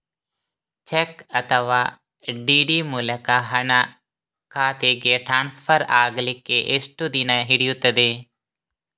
Check ಅಥವಾ DD ಮೂಲಕ ಹಣ ಖಾತೆಗೆ ಟ್ರಾನ್ಸ್ಫರ್ ಆಗಲಿಕ್ಕೆ ಎಷ್ಟು ದಿನ ಹಿಡಿಯುತ್ತದೆ?